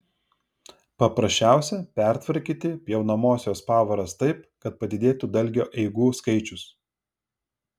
paprasčiausia pertvarkyti pjaunamosios pavaras taip kad padidėtų dalgio eigų skaičius